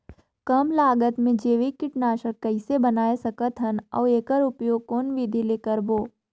कम लागत मे जैविक कीटनाशक कइसे बनाय सकत हन अउ एकर उपयोग कौन विधि ले करबो?